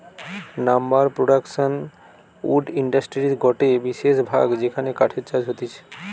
lumber production wood ইন্ডাস্ট্রির গটে বিশেষ ভাগ যেখানে কাঠের চাষ হতিছে